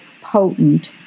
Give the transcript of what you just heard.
potent